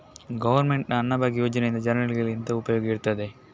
Government ನ ಅನ್ನಭಾಗ್ಯ ಯೋಜನೆಯಿಂದ ಜನರಿಗೆಲ್ಲ ಎಂತ ಉಪಯೋಗ ಇರ್ತದೆ?